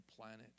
planet